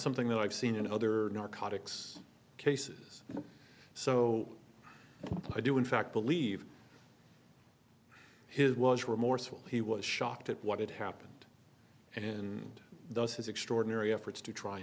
something that i've seen in other narcotics cases so i do in fact believe his was remorseful he was shocked at what had happened and thus his extraordinary efforts to try